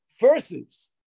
verses